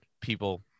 people